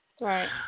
Right